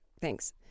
thanks